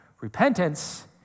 Repentance